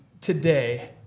today